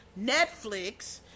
Netflix